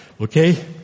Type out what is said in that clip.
okay